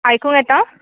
आयकूंक येता